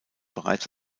bereits